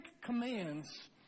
commands